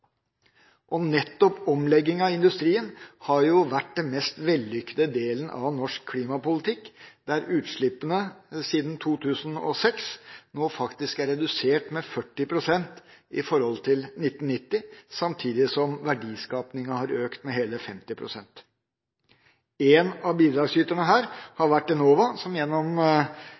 Nettopp omlegginga i industrien har vært den mest vellykkede delen av norsk klimapolitikk, der utslippene siden 2006 nå faktisk er redusert med 40 pst. i forhold til 1990, samtidig som verdiskapinga har økt med hele 50 pst. Én av bidragsyterne her har vært Enova, som gjennom